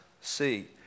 see